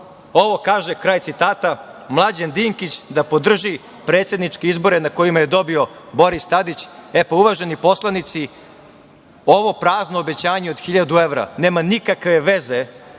Ovo kaže, kraj citata, Mlađan Dinkić da podrži predsedničke izbore na kojima je dobio Boris Tadić. Uvaženi poslanici, ovo prazno obećanje od hiljadu evra nema nikakve veze